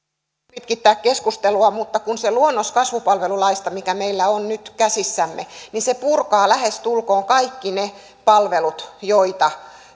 pitkittää keskustelua mutta se luonnos kasvupalvelulaista mikä meillä on nyt käsissämme purkaa lähestulkoon kaikki ne palvelut joita